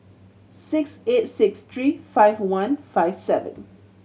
six eight six three five one five seven